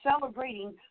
celebrating